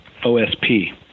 OSP